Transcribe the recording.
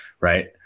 Right